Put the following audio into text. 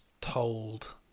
told